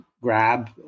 grab